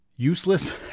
useless